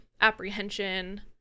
apprehension